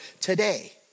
today